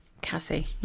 Cassie